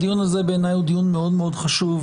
הדיון הזה בעיניי הוא דיון מאוד מאוד חשוב.